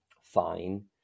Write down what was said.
fine